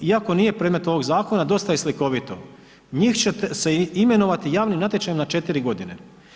Iako nije predmet ovog zakona dosta je slikovito, njih će se imenovati javnim natječajem na 4 godine.